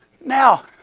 Now